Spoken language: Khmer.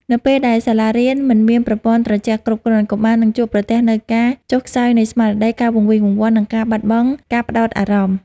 នៅពេលដែលសាលារៀនមិនមានប្រព័ន្ធត្រជាក់គ្រប់គ្រាន់ កុមារនឹងជួបប្រទះនូវការចុះខ្សោយនៃស្មារតី ការវង្វេងវង្វាន់ និងការបាត់បង់ការផ្តោតអារម្មណ៍។